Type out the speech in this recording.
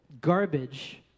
garbage